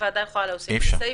הוועדה יכולה להוסיף את הסעיף,